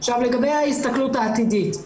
לגבי ההסתכלות העתידית.